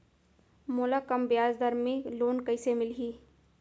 मोला कम ब्याजदर में लोन कइसे मिलही?